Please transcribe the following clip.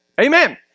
Amen